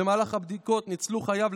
במהלך הבדיקות ניצלו חייו,